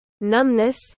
numbness